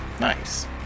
Nice